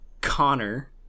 connor